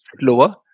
lower